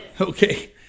Okay